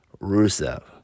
Rusev